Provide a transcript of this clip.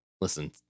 listen